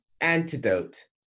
antidote